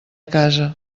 casa